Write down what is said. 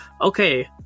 okay